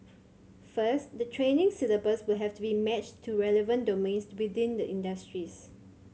first the training syllabus will have to be matched to relevant domains to within the industries